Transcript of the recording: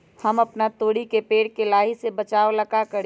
हम अपना तोरी के पेड़ के लाही से बचाव ला का करी?